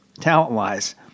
talent-wise